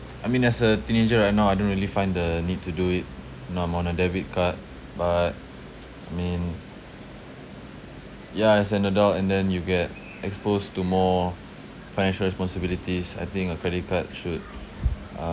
I mean as a teenager right now I don't really find the need to do it now I'm on a debit card but I mean ya as an adult and then you get exposed to more financial responsibilities I think a credit card should um~